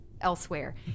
elsewhere